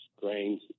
grains